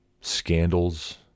scandals